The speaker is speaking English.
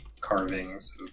carvings